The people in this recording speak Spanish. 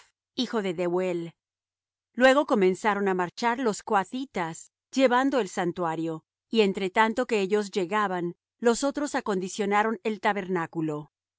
hijo de dehuel luego comenzaron á marchar los coathitas llevando el santuario y entre tanto que ellos llegaban los otros acondicionaron el tabernáculo